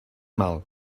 mal